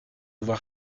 voir